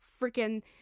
freaking